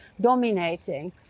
dominating